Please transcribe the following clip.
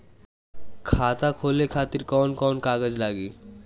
खाता खोले खातिर कौन कौन कागज लागी?